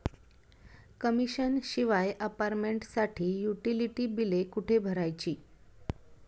Commission शिवाय अपार्टमेंटसाठी utility बिले कुठे भरायची?